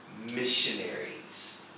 missionaries